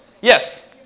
Yes